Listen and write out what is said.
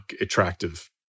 attractive